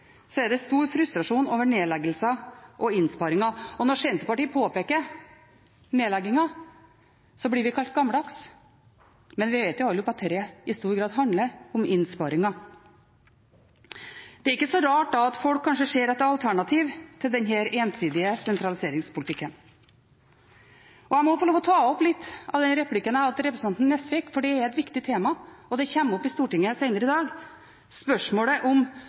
er det stor frustrasjon over nedleggelser og innsparinger. Når vi i Senterpartiet påpeker nedleggingen, blir vi kalt gammeldagse – men vi vet jo alle at det i stor grad handler om innsparinger. Det er ikke så rart at folk da kanskje ser at det er alternativ til denne ensidige sentraliseringspolitikken. Jeg må få ta opp litt av den replikken jeg hadde til representanten Nesvik, for det er et viktig tema – og det kommer opp i Stortinget senere i dag. Det gjelder spørsmålet om